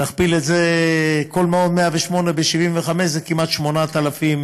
נכפיל 108 ב-75, זה כמעט 8,000